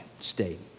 state